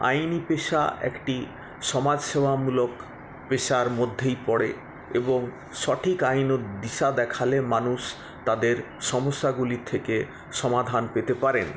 আইনি পেশা একটি সমাজসেবামূলক পেশার মধ্যেই পড়ে এবং সঠিক আইনের দিশা দেখালে মানুষ তাদের সমস্যাগুলি থেকে সমাধান পেতে পারেন